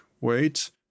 wait